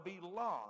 belong